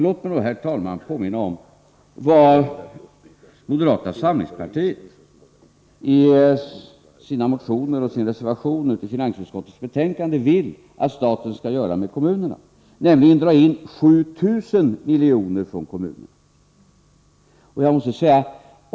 Låt mig då, herr talman, påminna om vad moderata samlingspartiet i sina motioner och i sin reservation till finansutskottets betänkande vill att staten skall göra med kommunerna, nämligen att dra in 7 000 milj.kr. från 25 kommunerna.